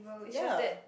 ya